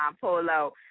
Polo